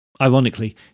Ironically